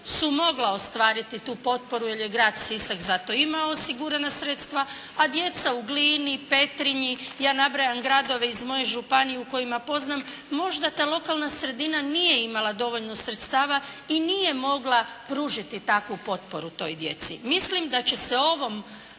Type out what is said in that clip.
su mogla ostvariti tu potporu jer je grad Sisak za to imao osigurana sredstva, a djeca u Glini, Petrinji, ja nabrajam gradove iz moje županije u kojima poznam, možda ta lokalna sredina nije imala dovoljno sredstava i nije mogla pružiti takvu potporu toj djeci. Mislim da će se ovom